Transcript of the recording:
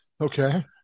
okay